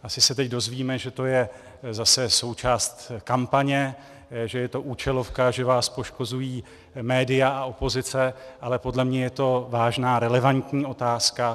Asi se teď dozvíme, že to je zase součást kampaně, že je to účelovka a že vás poškozují média a opozice, ale podle mě je to vážná a relevantní otázka.